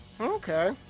Okay